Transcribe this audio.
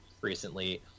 recently